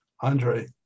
Andre